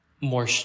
more